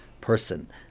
person